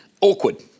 awkward